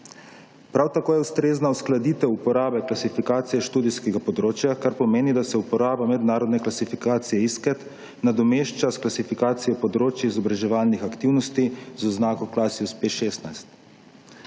Prav tako je ustrezna uskladitev uporabe klasifikacije študijskega področja, kar pomeni, da se uporaba mednarodne klasifikacije ISCET nadomešča s klasifikacijo področij izobraževalnih aktivnosti z oznako Klasius P-16.